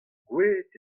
gwelet